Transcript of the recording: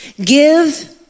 give